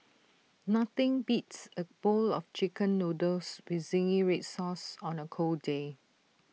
nothing beats A bowl of Chicken Noodles with Zingy Red Sauce on A cold day